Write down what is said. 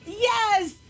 Yes